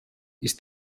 ist